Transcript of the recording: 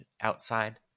outside